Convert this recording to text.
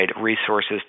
resources